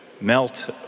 melt